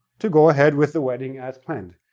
to go ahead with the wedding as planned.